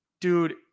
Dude